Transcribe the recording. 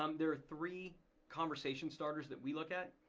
um there are three conversation starters that we look at.